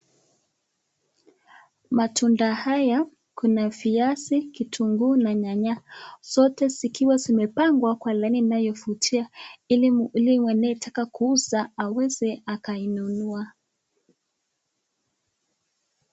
Matunda haya kuna viazi, kitunguu na nyanya zote zikiwa zimepangwa kwa laini inayovutia ili anayetaka kuuza aweze akainunua.